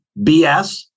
BS